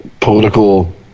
political